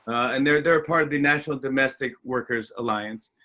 and they're they're a part of the national domestic workers alliance.